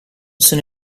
sono